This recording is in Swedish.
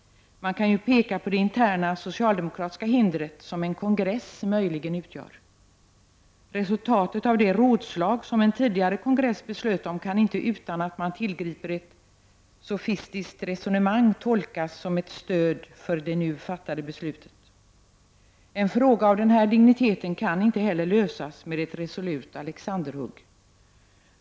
Man kan peka på det interna socialdemokratiska hinder som en kongress möjligen utgör. Resultatet av det rådslag som en tidigare kongress beslöt om kan inte utan att man tillgriper ett sofistiskt resonemang tolkas som ett stöd för det nu fattade beslutet. En fråga av den här digniteten kan inte heller lösas med ett resolut Alexanderhugg.